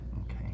Okay